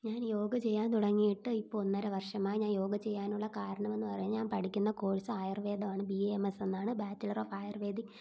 ഞാൻ യോഗ ചെയ്യാൻ തുടങ്ങിയിട്ട് ഇപ്പോൾ ഒന്നര വർഷമായി ഞാൻ യോഗ ചെയ്യാനുള്ള കാരണമെന്ന് പറയുന്നത് ഞാൻ പഠിക്കുന്ന കോഴ്സ് ആയുർവേദമാണ് ബി എ എം എസ് എന്നാണ് ബാച്ചിലർ ഓഫ് ആയുർവേദിക്